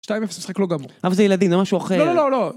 2-0, משחק לא גמור. אבל זה ילדים, זה משהו אחר. לא, לא, לא.